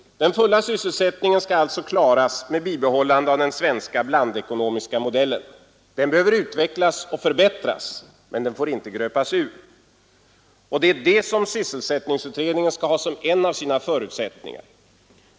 Den fulla sysselsättningen skall alltså klaras med bibehållande av den svenska blandekonomiska modellen. Den behöver utvecklas och förbättras, men den får inte gröpas ur. Det är det som sysselsättningsutredningen skall ha som en av sina förutsättningar.